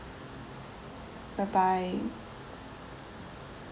bye bye